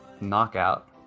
knockout